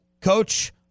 Coach